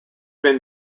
been